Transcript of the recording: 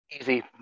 Easy